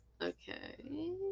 Okay